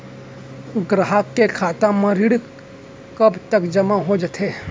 ग्राहक के खाता म ऋण कब तक जेमा हो जाथे?